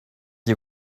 you